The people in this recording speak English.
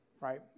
Right